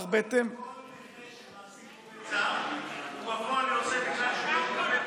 כל מי שמעסיק עובד זר הוא בפועל יוצא מכלל מי,